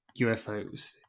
UFOs